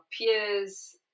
peers